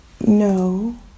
No